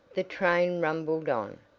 the train rumbled on.